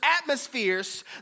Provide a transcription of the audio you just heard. atmospheres